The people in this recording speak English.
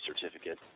certificate